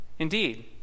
Indeed